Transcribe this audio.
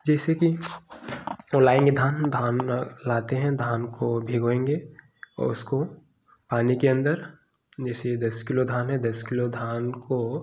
जैसे कि वह लाएँगे धान धान लाते है धान को भिगोएँगे और उसको पानी के अंदर जैसे दस किलो धान है दस किलो धान को